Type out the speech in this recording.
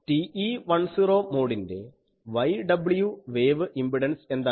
TE10 മോഡിൻ്റെ yw wave impedance എന്താണ്